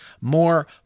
more